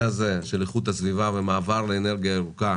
הזה של איכות הסביבה ומעבר לאנרגיה ירוקה